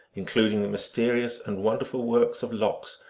including the mysterious and wonderful works of lox,